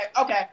Okay